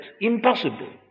Impossible